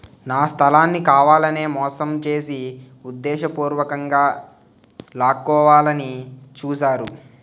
నా స్థలాన్ని కావాలనే మోసం చేసి ఉద్దేశపూర్వకంగా లాక్కోవాలని చూశారు